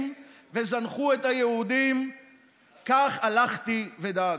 וזנחו את היהודים כך הלכתי ודאגתי.